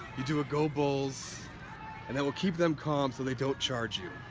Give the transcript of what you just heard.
you do a go bulls and that will keep them calm so they don't charge you.